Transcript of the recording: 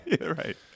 right